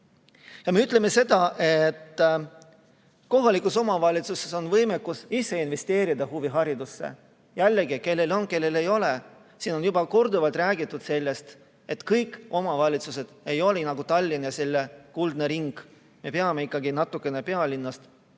Me väidame, et kohalikel omavalitsustel on võimekus ise investeerida huviharidusse. Jällegi, kellel on, kellel ei ole. Siin on juba korduvalt räägitud, et kõik omavalitsused ei ole nagu Tallinn ja selle kuldne ring. Me peame ikkagi natukene pealinnast